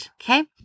Okay